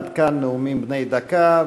עד כאן נאומים בני דקה.